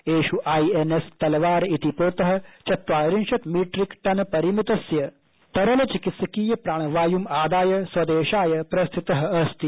एष् आईएनएस तलवार इति पोतः चत्वारिंशत् मीट्रिक टन परिमितस्य तरल चिकित्सकीय प्राणवाय्म् आदाय स्वदेशाय प्रस्थितः अस्ति